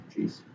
jeez